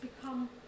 become